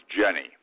Jenny